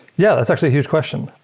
yeah, that's actually a huge question.